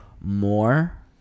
more